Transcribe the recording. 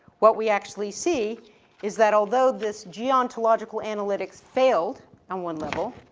what we actually see is that although this geontological analytics failed on one level,